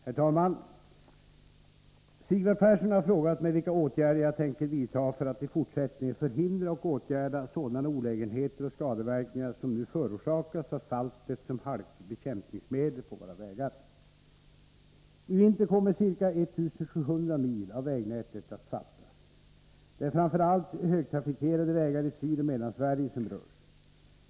Herr talman! Sigvard Persson har frågat mig vilka åtgärder jag tänker vidta för att i fortsättningen förhindra och åtgärda sådana olägenheter och skadeverkningar som nu förorsakas av saltet som halkbekämpningsmedel på våra vägar. I vinter kommer ca 1 700 mil av vägnätet att saltas. Det är framför allt högtrafikerade vägar i Sydoch Mellansverige som berörs.